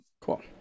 cool